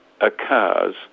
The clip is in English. occurs